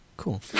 Cool